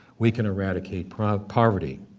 we can eradicate poverty.